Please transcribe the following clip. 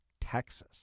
Texas